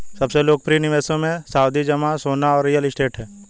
सबसे लोकप्रिय निवेशों मे, सावधि जमा, सोना और रियल एस्टेट है